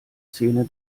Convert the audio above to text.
szene